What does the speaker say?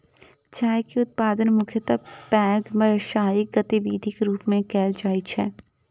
चाय के उत्पादन मुख्यतः पैघ व्यावसायिक गतिविधिक रूप मे कैल जाइ छै